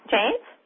James